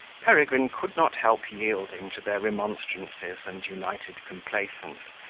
peregrine could not help yielding to their remonstrances and united complaisance,